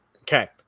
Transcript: Okay